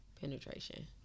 penetration